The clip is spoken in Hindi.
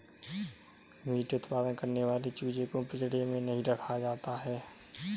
मीट उत्पादन करने वाले चूजे को पिंजड़े में नहीं रखा जाता